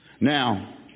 Now